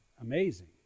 amazing